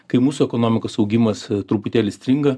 kai mūsų ekonomikos augimas truputėlį stringa